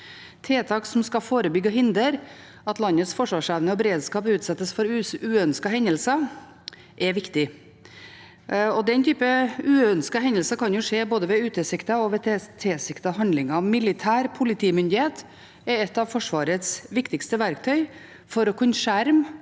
Tiltak som skal forebygge og hindre at landets forsvarsevne og beredskap utsettes for uønskede hendelser, er viktig. Den typen uønskede hendelser kan skje ved både utilsiktede og tilsiktede handlinger. Militær politimyndighet er et av Forsvarets viktigste verktøy for å kunne skjerme